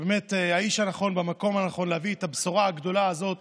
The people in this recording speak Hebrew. שהוא באמת האיש הנכון במקום הנכון להביא את הבשורה הגדולה הזאת